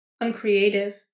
uncreative